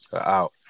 out